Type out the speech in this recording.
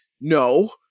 No